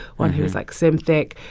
one who is, like, slim thick.